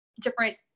different